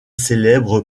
célèbre